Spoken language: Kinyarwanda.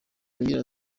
agira